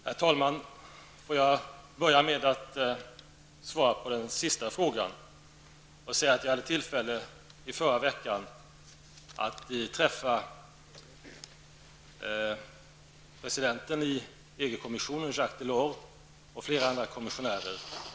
Herr talman! Får jag börja med att svara på den sista frågan och säga att jag i förra veckan hade tillfälle att träffa presidenten i EG-kommissionen Jacques Delors, och flera andra kommissionärer.